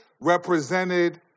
represented